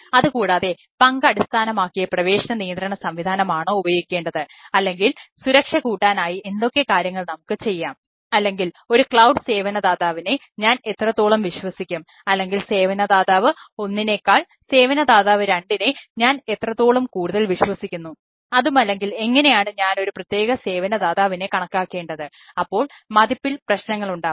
അതുകൂടാതെ പങ്ക് അടിസ്ഥാനമാക്കിയ പ്രവേശന നിയന്ത്രണ സംവിധാനം ആണോ ഉപയോഗിക്കേണ്ടത് അല്ലെങ്കിൽ സുരക്ഷ കൂട്ടാനായി എന്തൊക്കെ കാര്യങ്ങൾ നമുക്ക് ചെയ്യാം അല്ലെങ്കിൽ ഒരു ക്ലൌഡ് വാങ്ങുന്നതു എങ്കിൽ ഇങ്ങനെയുള്ള പ്രശ്നങ്ങൾ ഉണ്ടാവാം